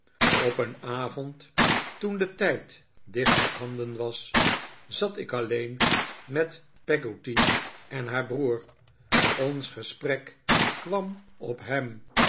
op een avond toen de tijd dicht ophanden was zat ik alleen met peggotty en haar broer ons gesprek kwam op ham